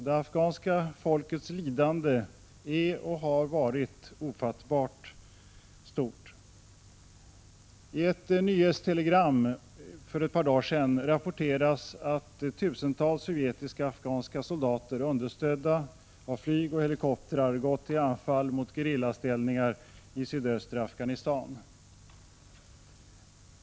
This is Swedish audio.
Det afghanska folkets lidande är och har varit ofattbart stort. I ett nyhetstelegram för ett par dagar sedan rapporterades att tusentals sovjetiska och afghanska soldater, understödda av flyg och helikoptrar, gått till anfall mot gerillaställningar i sydöstra Afghanistan.